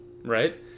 right